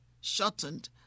shortened